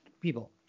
people